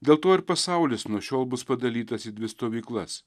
dėl to ir pasaulis nuo šiol bus padalytas į dvi stovyklas